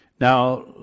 Now